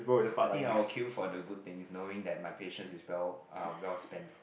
I think I will queue for the good things knowing that my patience is well uh well spent